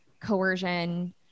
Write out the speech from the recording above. coercion